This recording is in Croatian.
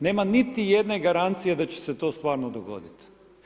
Nema niti jedne garancije da će se to stvarno dogoditi.